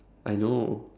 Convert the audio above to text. I know